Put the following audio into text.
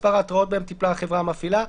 מספר ההתרעות בהם טיפלה החברה המפעילה,